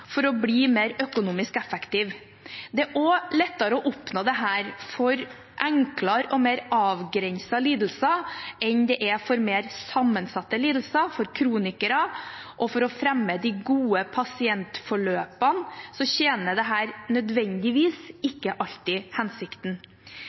for å bli mer økonomisk effektive. Det er også lettere å oppnå dette for enklere og mer avgrensede lidelser enn for mer sammensatte lidelser, for kronikere, og for å fremme de gode pasientforløpene tjener ikke dette nødvendigvis alltid hensikten. Vi er derfor veldig opptatt av at det